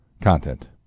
content